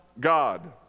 god